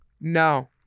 no